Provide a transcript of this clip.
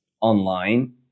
online